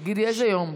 תגידי איזה יום.